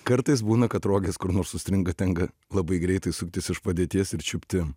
kartais būna kad rogės kur nors užstringa tenka labai greitai suktis iš padėties ir čiupti